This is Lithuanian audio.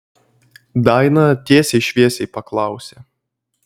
daina tiesiai šviesiai paklausė